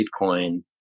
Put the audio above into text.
bitcoin